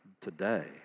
today